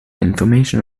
information